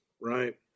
right